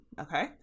okay